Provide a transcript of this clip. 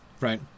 right